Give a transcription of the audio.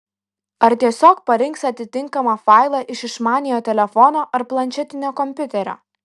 ar tiesiog parinks atitinkamą failą iš išmaniojo telefono ar planšetinio kompiuterio